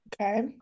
Okay